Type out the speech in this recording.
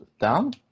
down